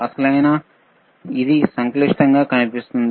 వాస్తవానికి ఇది సంక్లిష్టంగా కనిపిస్తుంది